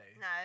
No